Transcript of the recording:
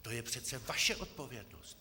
To je přece vaše odpovědnost.